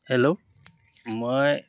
hello মই